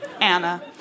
Anna